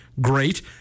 great